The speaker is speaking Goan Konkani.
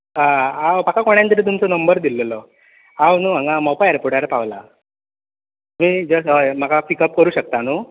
हांव म्हाका कोणेन तरी तुमचो नंबर दिल्लो हांव न्हय हांगा मोपा एरपोटार पावलां तुमी जस हंय म्हाका पीक अप करूंक शकता न्हय